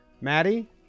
Maddie